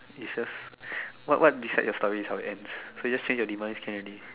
it's just what what decides your story is how it ends so just change your demise can already